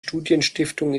studienstiftung